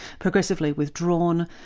progressively withdrawn,